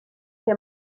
lle